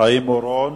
חיים אורון,